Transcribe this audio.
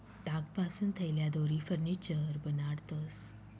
तागपासून थैल्या, दोरी, फर्निचर बनाडतंस